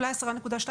אולי 10.2,